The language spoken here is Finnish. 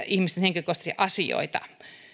ihmisten henkilökohtaisia asioita